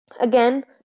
Again